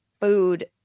food